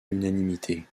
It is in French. l’unanimité